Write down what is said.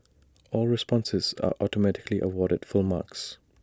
all responses are automatically awarded full marks